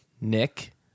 Nick